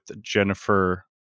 Jennifer